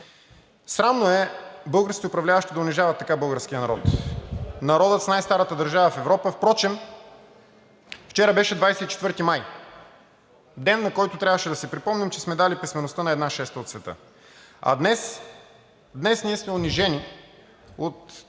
Срамно е българските управляващи да унижават така българския народ – народа с най-старата държава в Европа. Впрочем, вчера беше 24 май – ден, в който трябваше да си припомним, че сме дали писмеността на една шеста от света. А днес ние сме унижени от